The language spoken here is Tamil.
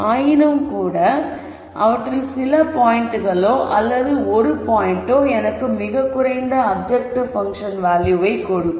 ஆயினும்கூட அவற்றில் சில பாயிண்ட்களோ அல்லது ஒரு பாயிண்ட்டோ எனக்கு மிகக் குறைந்த அப்ஜெக்டிவ் பங்க்ஷன் வேல்யூவை கொடுக்கும்